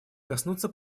коснуться